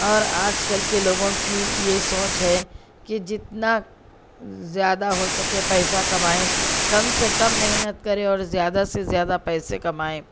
اور آج کل کے لوگوں کی یہ سوچ ہے کہ جتنا زیادہ ہو سکے پیسہ کمائیں کم سے کم محنت کرے اور زیادہ سے زیادہ پیسے کمائیں